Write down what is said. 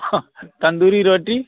tandoori रोटी